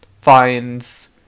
finds